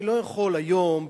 אני לא יכול היום,